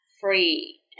free